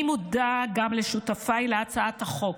אני מודה גם לשותפיי להצעת החוק,